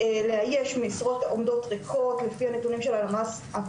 לאייש משרות העומדות ריקות, לפי הנתונים של הלמ"ס.